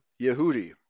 Yehudi